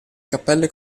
cappelle